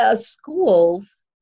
schools